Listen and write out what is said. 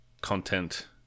content